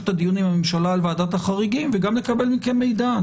את הדיונים עם הממשלה על ועדת חריגים וגם לקבל מכם מידע.